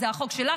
זה החוק שלך,